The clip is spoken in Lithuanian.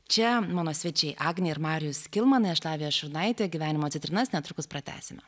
čia mano svečiai agnė ir marius kilmanai aš lavija šurnaitė gyvenimo citrinas netrukus pratęsime